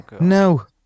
No